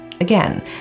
Again